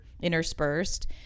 interspersed